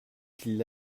qu’il